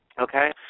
okay